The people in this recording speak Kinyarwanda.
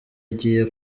igiye